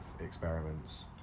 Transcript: experiments